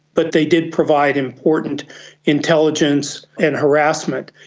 but they did provide important intelligence and harassment.